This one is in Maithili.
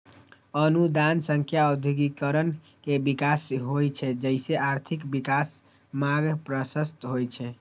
अनुदान सं औद्योगिकीकरण के विकास होइ छै, जइसे आर्थिक विकासक मार्ग प्रशस्त होइ छै